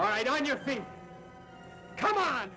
as i don't you think come on